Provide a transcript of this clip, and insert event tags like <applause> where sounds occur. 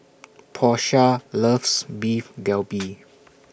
Porsha loves Beef Galbi <noise>